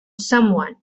someone